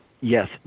Yes